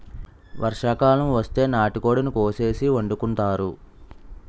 వర్షాకాలం వస్తే నాటుకోడిని కోసేసి వండుకుంతారు